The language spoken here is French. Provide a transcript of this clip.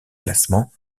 classement